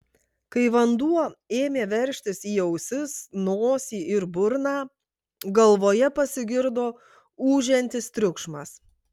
kai vanduo ėmė veržtis į ausis nosį ir burną galvoje pasigirdo ūžiantis triukšmas